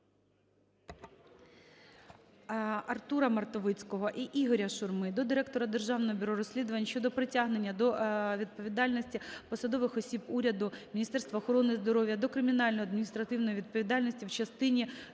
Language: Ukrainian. Артура Мартовицького і Ігоря Шурми до директора Державного бюро розслідувань щодо притягнення до відповідальності посадових осіб уряду, Міністерства охорони здоров’я до кримінальної, адміністративної відповідальності в частині